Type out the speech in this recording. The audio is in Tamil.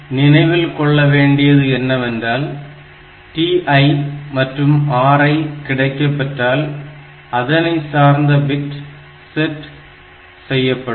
இதில் நினைவில் கொள்ள வேண்டியது என்னவென்றால் TI மற்றும் RI கிடைக்கப்பெற்றால் அதனைச் சார்ந்த பிட் செட் செய்யப்படும்